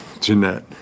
Jeanette